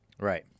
Right